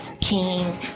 king